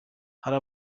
hari